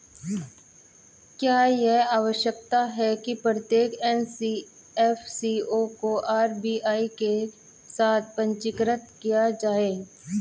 क्या यह आवश्यक है कि प्रत्येक एन.बी.एफ.सी को आर.बी.आई के साथ पंजीकृत किया जाए?